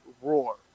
roar